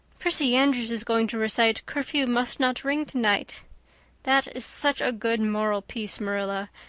prissy andrews is going to recite curfew must not ring tonight that is such a good moral piece, marilla,